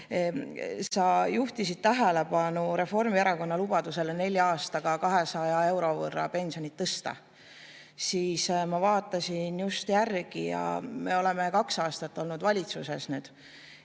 Sa juhtisid tähelepanu Reformierakonna lubadusele nelja aastaga 200 euro võrra pensione tõsta. Ma vaatasin just järele. Me oleme kaks aastat olnud valitsuses ja